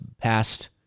past